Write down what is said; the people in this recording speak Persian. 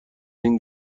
این